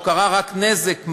או קרה רק נזק,